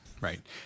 Right